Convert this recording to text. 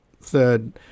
third